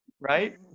right